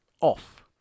off